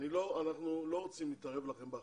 אנחנו לא רוצים להתערב לכם בהחלטות,